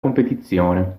competizione